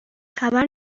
خبر